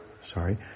sorry